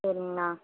சரிங்கண்ணா